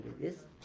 Yes